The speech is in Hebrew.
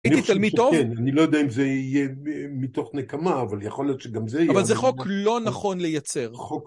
הייתי תלמיד טוב? כן, אני לא יודע אם זה יהיה מתוך נקמה, אבל יכול להיות שגם זה יהיה. אבל זה חוק לא נכון לייצר. חוק